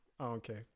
Okay